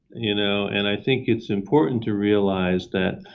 you know, and i think it's important to realize that